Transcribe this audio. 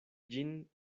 ĝin